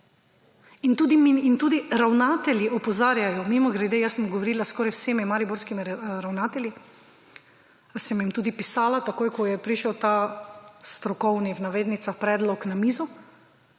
in tudi ravnatelji opozarjajo, mimogrede jaz sem govorila skoraj z vsemi mariborskimi ravnatelji, sem jim tudi pisala takoj, ko je prišel ta strokovni v navednicah predlog na mizo